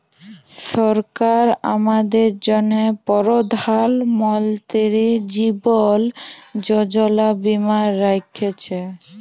সরকার আমাদের জ্যনহে পরধাল মলতিরি জীবল যোজলা বীমা রাখ্যেছে